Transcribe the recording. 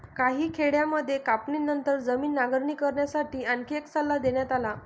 काही खेड्यांमध्ये कापणीनंतर जमीन नांगरणी करण्यासाठी आणखी एक सल्ला देण्यात आला